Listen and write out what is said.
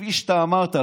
כפי שאתה אמרת,